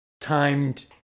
timed